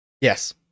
yes